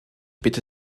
bitte